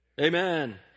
Amen